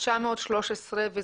913 מבנים,